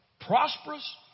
prosperous